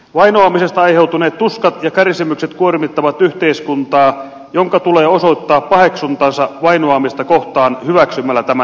vainoamisesta aiheutuneet tuskat ja kärsimykset kuormittavat yhteiskuntaa jonka tulee osoittaa paheksuntansa vainoamista kohtaan hyväksymällä tämä lakiesitys